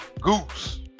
goose